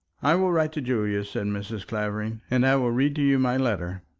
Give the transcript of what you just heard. i will write to julia, said mrs. clavering and i will read to you my letter.